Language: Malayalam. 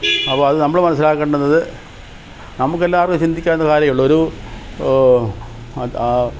അപ്പോള് അത് നമ്മള് മനസിലാക്കേണ്ടുന്നത് നമുക്കെല്ലാർക്കും ചിന്തിക്കാവുന്ന കാര്യമുള്ളു ഒരു അത് ആ